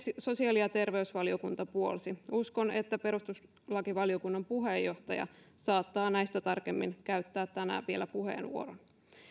sosiaali ja terveysvaliokunta puolsi uskon että perustuslakivaliokunnan puheenjohtaja saattaa näistä tarkemmin käyttää tänään vielä puheenvuoron